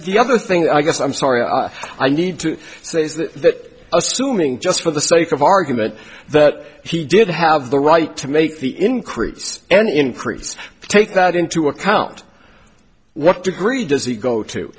the other thing i guess i'm sorry i need to say is that assuming just for the sake of argument that he did have the right to make the increase and increase take that into account what degree does he go to